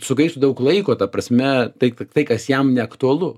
sugaištų daug laiko ta prasme tai tai kas jam neaktualu